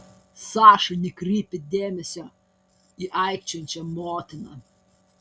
saša nekreipė dėmesio į aikčiojančią motiną